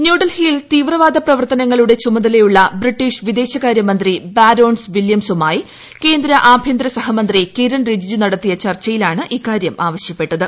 ന്യുഡൽഹിയിൽ തീവ്രവാദ പ്രവർത്തനങ്ങളുടെ ചുമതയുള്ള ബിട്ടീഷ് വിദേശകാര്യമന്ത്രി ബാരോൺസ് വില്യംസുമായി കേന്ദ്ര ആഭ്യന്തര സഹമന്ത്രി കിരൺ റിജിജു നടത്തിയ ചർച്ചയിലാണ് ഇക്കാര്യം ആവശ്യപ്പെട്ടത്